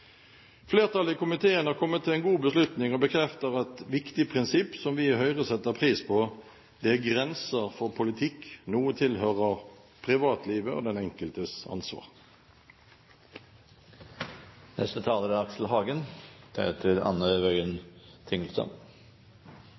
Flertallet i komiteen har kommet til en god beslutning og bekrefter et viktig prinsipp som vi i Høyre setter pris på: Det er grenser for politikk! Noe tilhører privatlivet og er den enkeltes